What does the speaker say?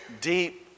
deep